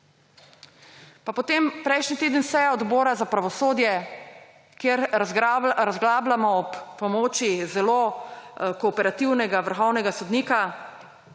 Pa potem prejšnji teden seja Odbora za pravosodje, kjer razglabljamo ob pomoči zelo kooperativnega vrhovnega sodnika,